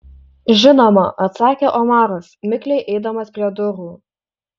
žinoma atsakė omaras mikliai eidamas prie durų